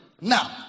Now